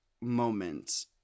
moment